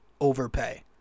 overpay